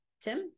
Tim